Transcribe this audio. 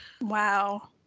Wow